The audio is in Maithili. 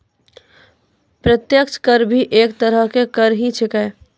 प्रत्यक्ष कर भी एक तरह के कर ही छेकै